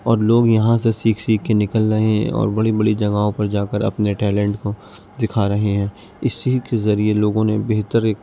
اور لوگ یہاں سے سیکھ سیکھ کے نکل رہے ہیں اور بڑی بڑی جگہوں پر جا کر اپنے ٹیلنٹ کو دکھا رہے ہیں اس چیز کے ذریعے لوگوں نے بہتر ایک